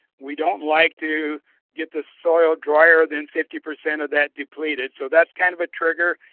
we don't like to get the soil drier than fifty percent of that depleted. so that's kind of a trigger.